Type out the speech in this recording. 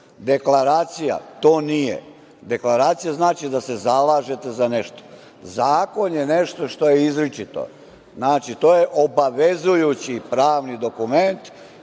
Deklaracija to nije. Deklaracija znači da se zalažete za nešto. Zakon je nešto što je izričito. Znači, to je obavezujući pravni dokument